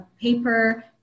paper